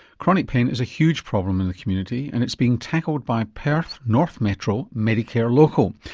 chronic pain is a huge problem in the community and it's being tackled by perth north metro medicare local.